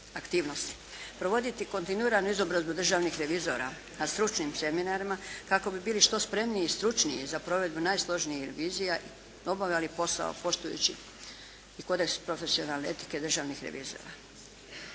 Provoditi kontinuiranu izobrazbu državnih revizora na stručnim seminarima kako bi bili što spremniji i stručniji za provedbu najsloženijih revizija i obavljali posao poštujući i kodeks profesionalne etike državnih revizora.